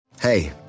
Hey